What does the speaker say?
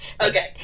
Okay